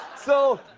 so,